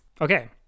okay